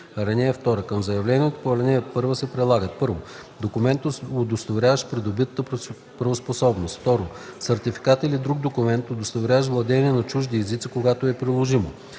(2) Към заявлението по ал. 1 се прилагат: 1. документ, удостоверяващ придобитата правоспособност; 2. сертификат или друг документ, удостоверяващ владеене на чужди езици, когато е приложимо;